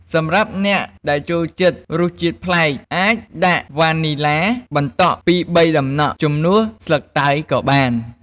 សម្រាប់អ្នកដែលចូលចិត្តរសជាតិប្លែក អាចដាក់វ៉ានីឡាបន្តក់ពីរបីដំណក់ ជំនួសស្លឹកតើយក៏បាន។